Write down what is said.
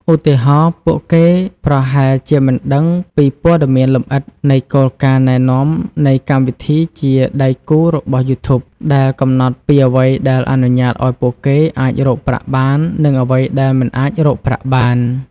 ឧទាហរណ៍ ពួកគេប្រហែលជាមិនដឹងពីពណ៌មានលម្អិតនៃ គោលការណ៍ណែនាំនៃកម្មវិធីជាដៃគូរបស់យូធូប ដែលកំណត់ពីអ្វីដែលអនុញ្ញាតឲ្យពួកគេអាចរកប្រាក់បាន និងអ្វីដែលមិនអាចរកប្រាក់បាន។